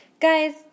Guys